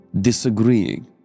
disagreeing